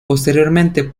posteriormente